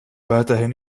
weiterhin